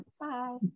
Bye